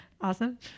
Awesome